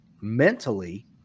mentally